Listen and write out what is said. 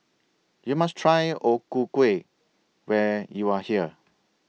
YOU must Try O Ku Kueh when YOU Are here